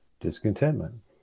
discontentment